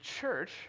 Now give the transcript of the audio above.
church